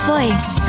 Voice